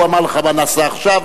הוא אמר לך מה נעשה עכשיו.